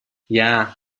yeah